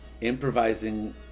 improvising